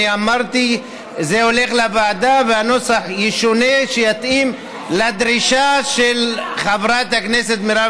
אמרתי שזה הולך לוועדה והנוסח ישונה כך שיתאים לדרישה של חברת הכנסת מרב